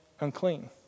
unclean